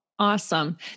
Awesome